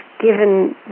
given